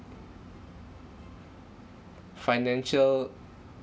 financial